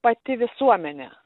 pati visuomenė